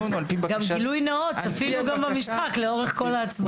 גילוי נאות, גם צפינו במשחק לאורך כל ההצבעות.